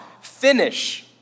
finish